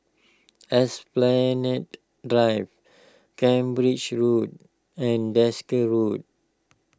Esplanade Drive Cambridge Road and Desker Road